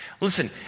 Listen